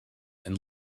and